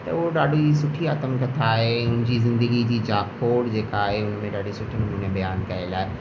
त उहो ॾाढी सुठी आतमकथा आहे हुनजी ज़िंदगी जी जा खोड़ जेका आहे हुन में ॾाढे सुठे नमूने ॿयान कयुल आहे